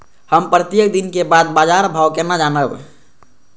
हम प्रत्येक दिन के बाद बाजार भाव केना जानब?